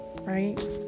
right